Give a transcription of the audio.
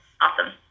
Awesome